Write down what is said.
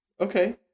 Okay